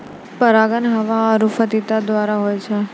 परागण हवा आरु फतीगा द्वारा होय छै